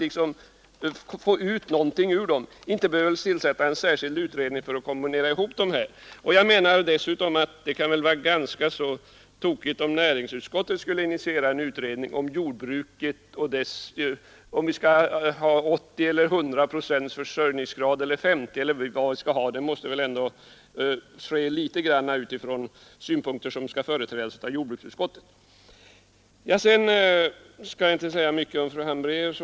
Inte behöver man tillsätta särskild utredning för att kombinera ihop dessa faktorer. Jag menar dessutom att det skulle vara ganska tokigt om näringsutskottet skulle initiera en utredning om jordbruket — huruvida vi skall ha 50, 80 eller 100 procents försörjningsgrad. Det måste väl ändå bedömas litet grand utifrån synpunkter som skall företrädas av jordbruksutskottet. Sedan skall jag inte säga mycket om fru Hambraeus.